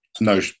no